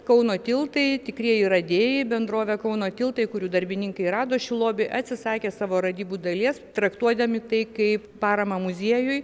kauno tiltai tikrieji radėjai bendrovė kauno tiltai kurių darbininkai rado šį lobį atsisakė savo radybų dalies traktuodami tai kaip paramą muziejui